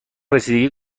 رسیده